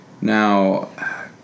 Now